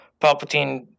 Palpatine